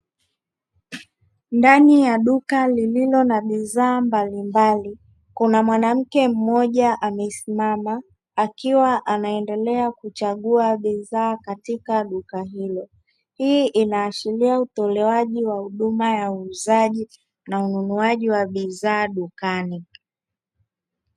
Ndani ya duka lililo na bidhaa mbalimbali kuna mwanamke mmoja aliyesimama akiwa anaendelea kuchagua bidhaa katika duka hilo, hii inaashiria utoalewaji wa huduma ya uuzaji na ununuaji wa bidhaa dukani.